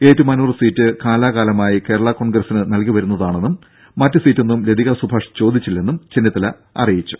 Ettumanoor seat കാലാകാലമായി കേരളാ കോൺഗ്രസിന് നൽകി വരുന്നതാണെന്നും മറ്റ് സീറ്റൊന്നും ലതികാ സുഭാഷ് ചോദിച്ചില്ലെന്നും ചെന്നിത്തല അറിയിച്ചു